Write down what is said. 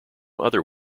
other